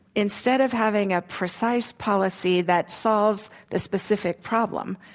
instead of having a precise policy that solves the specific problem,